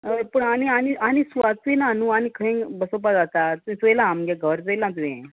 हय पूण आनी आनी आनी सुवातूय ना न्हू आनी खंय बसोवपा जाता तुं चोयलां आमगे घर चोयलां तुवें